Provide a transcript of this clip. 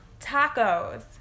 Tacos